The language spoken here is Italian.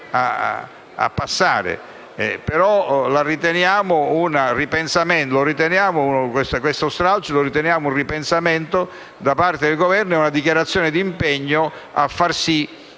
che tale stralcio sia un ripensamento da parte del Governo e una dichiarazione di impegno a far sì